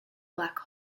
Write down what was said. black